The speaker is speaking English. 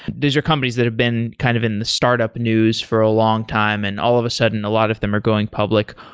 these are companies that have been kind of in the startup news for a long time and all of a sudden a lot of them are going public.